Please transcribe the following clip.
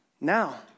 now